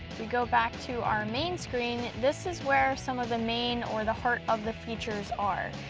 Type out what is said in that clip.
we go back to our main screen, this is where some of the main or the heart of the features are.